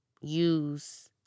use